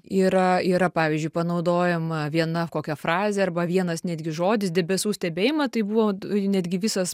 yra yra pavyzdžiui panaudojama viena kokia frazė arba vienas netgi žodis debesų stebėjime tai buvo netgi visas